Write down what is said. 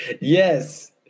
yes